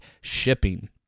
shipping